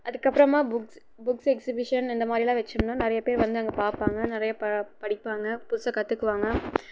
அதுக்கப்புறமா books books exhibition இந்த மாதிரி எல்லாம் வைச்சோம்ன்னா நிறைய பேர் வந்து அங்கே பார்ப்பாங்க நிறைய படிப்பாங்க புதுசாக கற்றுக்குவாங்க